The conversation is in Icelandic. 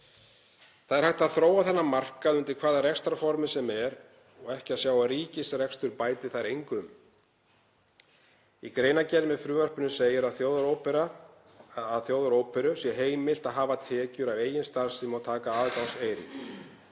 Það er hægt að þróa þennan markað undir hvaða rekstrarformi sem er og ekki að sjá að ríkisrekstur bæti einhverju við. Í greinargerð með frumvarpinu segir að Þjóðaróperu sé heimilt að hafa tekjur af eigin starfsemi og taka aðgangseyri.